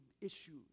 issues